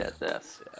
Yes